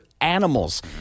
animals